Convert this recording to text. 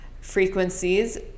frequencies